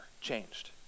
changed